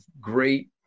great